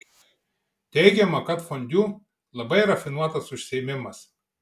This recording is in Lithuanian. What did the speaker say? teigiama kad fondiu labai rafinuotas užsiėmimas